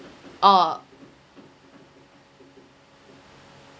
orh